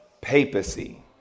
papacy